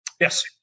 Yes